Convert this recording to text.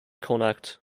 connacht